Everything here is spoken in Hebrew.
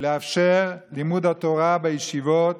לאפשר את לימוד התורה בישיבות